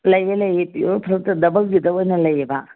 ꯂꯩꯌꯦ ꯂꯩꯌꯦ ꯄꯤꯌꯣꯔ ꯗꯕꯜꯒꯤꯗ ꯑꯣꯏꯅ ꯂꯩꯌꯦꯕ